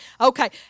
Okay